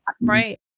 Right